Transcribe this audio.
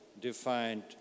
defined